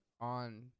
on